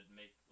make